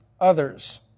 others